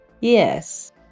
Yes